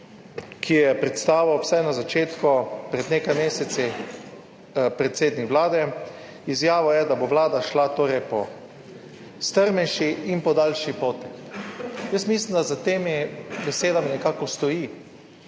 jo je predstavil, vsaj na začetku, pred nekaj meseci predsednik Vlade. Izjavil je, da bo Vlada šla po strmejši in po daljši poti. Mislim, da za temi besedami nekako stoji.